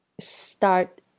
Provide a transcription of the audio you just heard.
start